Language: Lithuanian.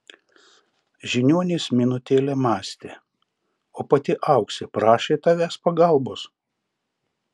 žiniuonis minutėlę mąstė o pati auksė prašė tavęs pagalbos